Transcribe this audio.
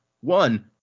One